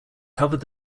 covered